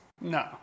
No